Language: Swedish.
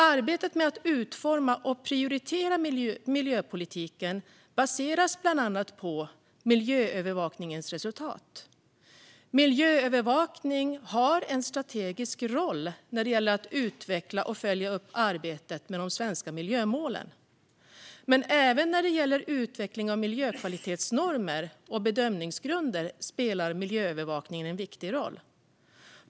Arbetet med att utforma och prioritera miljöpolitiken baseras bland annat på miljöövervakningens resultat. Miljöövervakning har en strategisk roll när det gäller att utveckla och att följa upp arbetet med de svenska miljömålen. Men även när det gäller utvecklingen av miljökvalitetsnormer och bedömningsgrunder spelar miljöövervakningen en viktig roll.